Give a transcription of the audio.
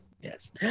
Yes